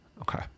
Okay